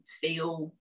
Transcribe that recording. feel